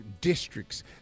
districts